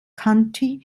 county